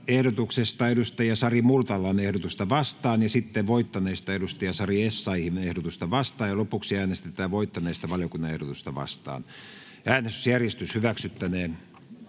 ehdotuksesta Sari Multalan ehdotusta vastaan, sitten voittaneesta ehdotuksesta Sari Essayahin ehdotusta vastaan ja lopuksi äänestetään voittaneesta valiokunnan ehdotusta vastaan. Ensimmäiseen käsittelyyn